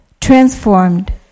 transformed